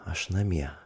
aš namie